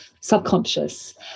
subconscious